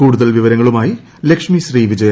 കൂടുതൽ വിവരങ്ങളുമായി ലക്ഷ്മീ ശ്രീ വിജയ